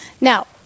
Now